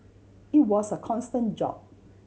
it was a constant job